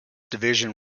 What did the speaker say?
division